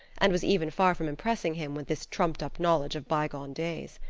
and was even far from impressing him with this trumped-up knowledge of bygone days.